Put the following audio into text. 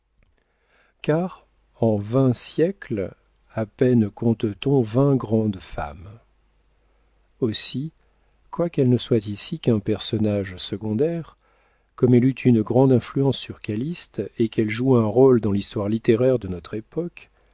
car en vingt siècles à peine compte t on vingt grandes femmes aussi quoiqu'elle ne soit ici qu'un personnage secondaire comme elle eut une grande influence sur calyste et qu'elle joue un rôle dans l'histoire littéraire de notre époque